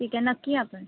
ठीक आहे नक्की या पण